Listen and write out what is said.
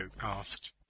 asked